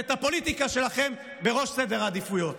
ואת הפוליטיקה שלכם בראש סדר העדיפויות.